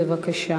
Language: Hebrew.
בבקשה.